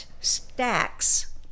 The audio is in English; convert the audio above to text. stacks